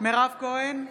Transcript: מירב כהן,